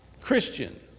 Christian